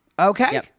Okay